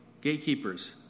gatekeepers